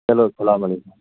چَلو اسلام وعلیکُم